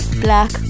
Black